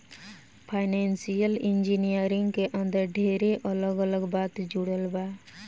financial engineering के अंदर ढेरे अलग अलग बात जुड़ल बा